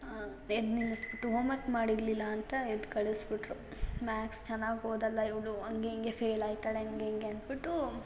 ಎದ್ದು ನಿಲ್ಲಿಸ್ಬಿಟ್ಟು ಹೋಮ್ವರ್ಕ್ ಮಾಡಿರಲಿಲ್ಲ ಅಂತ ಎದ್ದು ಕಳಿಸ್ಬಿಟ್ರು ಮ್ಯಾತ್ಸ್ ಚೆನ್ನಾಗಿ ಓದಲ್ಲ ಇವಳು ಹಂಗೆ ಹಿಂಗೆ ಫೇಲ್ ಆಗ್ತಾಳೆ ಹಂಗೆ ಹಿಂಗೆ ಅಂದ್ಬಿಟ್ಟು